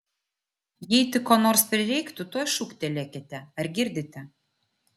jei tik ko nors prireiktų tuoj šūktelkite ar girdite